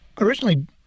originally